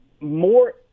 more